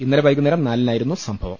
ഇന്നലെ വൈകുന്നേരം നാലിനായിരുന്നു സംഭവം